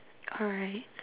alright